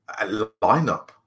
lineup